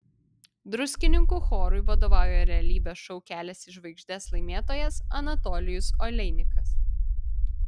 druskininkų chorui vadovauja realybės šou kelias į žvaigždes laimėtojas anatolijus oleinikas